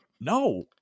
no